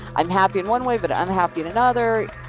i'm happy in one way, but unhappy in another.